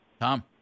Tom